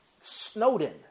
Snowden